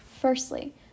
Firstly